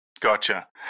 gotcha